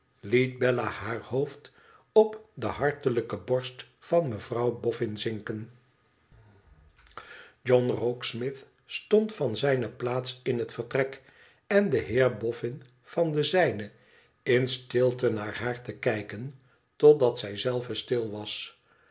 liet bella haar hoofd op de hartelijke orst van mevrouw boffin zinken john rokesmith stond van zijne plaats in het vertrek en de heer boiün van de zijne in stilte naar haar te kijken totdat zij zelve stil was